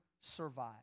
survive